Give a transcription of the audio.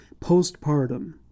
postpartum